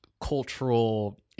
cultural